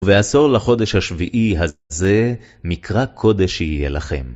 ועשור לחודש השביעי הזה, מקרא קודש יהיה לכם.